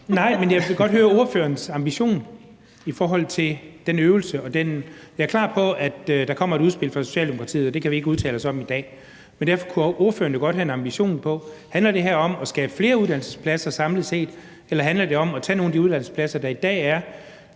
bemærkning! Jeg vil godt høre ordførerens ambition i forhold til den øvelse. Jeg er klar på, at der kommer et udspil fra Socialdemokratiet, og det kan vi ikke udtale os om i dag, men derfor kunne ordføreren jo godt have en ambition om det. Handler det her om at skabe flere uddannelsespladser samlet set, eller handler det om at tage nogle af de uddannelsespladser, der i dag er